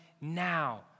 now